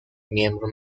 miembro